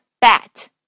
bat